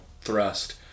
thrust